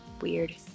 weird